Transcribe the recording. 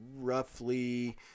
roughly